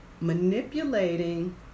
Manipulating